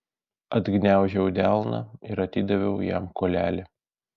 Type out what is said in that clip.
atgniaužiau delną ir atidaviau jam kuolelį